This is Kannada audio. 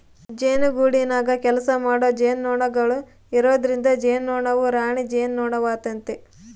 ಜೇನುಗೂಡಿನಗ ಕೆಲಸಮಾಡೊ ಜೇನುನೊಣಗಳು ಇರೊದ್ರಿಂದ ಜೇನುನೊಣವು ರಾಣಿ ಜೇನುನೊಣವಾತತೆ